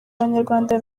abanyarwanda